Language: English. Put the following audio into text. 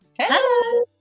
Hello